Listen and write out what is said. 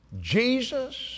Jesus